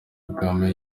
kagame